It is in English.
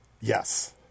yes